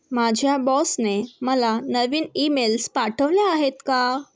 माझ्या बॉसने मला नवीन ईमेल्स पाठवले आहेत का